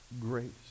grace